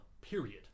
period